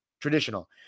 traditional